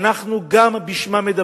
ואנחנו מדברים גם בשמם.